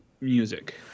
music